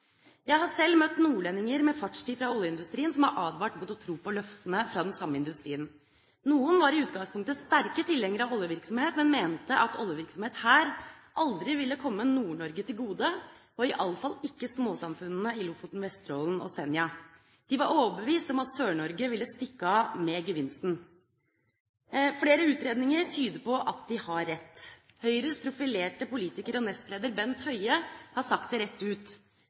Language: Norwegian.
Jeg har selv møtt nordlendinger med fartstid fra oljeindustrien som har advart mot å tro på løftene fra den samme industrien. Noen var i utgangspunktet sterke tilhengere av oljevirksomhet, men mente at oljevirksomhet her aldri ville komme Nord-Norge til gode – og i alle fall ikke småsamfunnene i Lofoten, Vesterålen og Senja. De var overbevist om at Sør-Norge ville stikke av med gevinsten. Flere utredninger tyder på at de har rett. Høyres profilerte politiker og nestleder Bent Høie har sagt det rett ut: